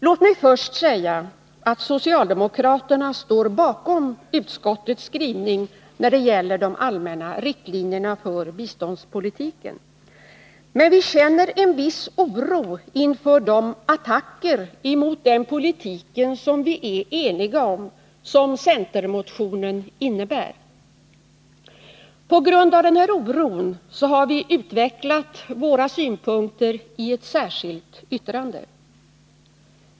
Låt mig först säga att socialdemokraterna står bakom utskottets skrivning när det gäller de allmänna riktlinjerna för biståndspolitiken. Men vi känner en viss oro inför de attacker mot den politik som vi är eniga om som centerns motion innebär. På grund av denna oro har vi utvecklat våra synpunkter i ett särskilt yttrande.